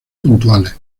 puntuales